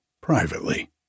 privately